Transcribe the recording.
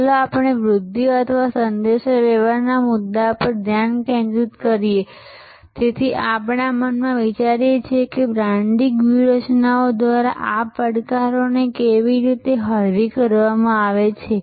ચાલો આપણે વૃધ્ધિ અથવા સંદેશાવ્યવહારના મુદ્દા પર ધ્યાન કેન્દ્રિત કરીએ અને તેથી આપણા મનમાં વિચારીએ કે બ્રાન્ડિંગ વ્યૂહરચનાઓ દ્વારા આ પડકારોને કેવી રીતે હળવી કરવામાં આવે છે